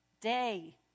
day